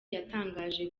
yatangaje